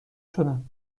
شدم